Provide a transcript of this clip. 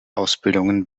ausbildungen